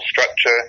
structure